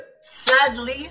sadly